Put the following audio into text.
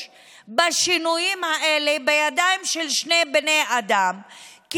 בשינויים האלה בידיים של שני בני אדם,